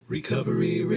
Recovery